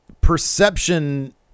perception